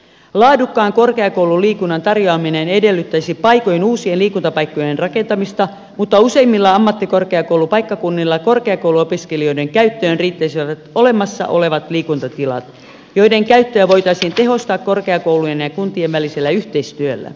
laadukkaan korkeakoululiikunnan tarjoaminen edellyttäisi paikoin uusien liikuntapaikkojen rakentamista mutta useimmilla ammattikorkeakoulupaikkakunnilla korkeakouluopiskelijoiden käyt töön riittäisivät olemassa olevat liikuntatilat joiden käyttöä voitaisiin tehostaa korkeakoulujen ja kuntien välisellä yhteistyöllä